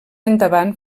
endavant